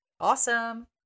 awesome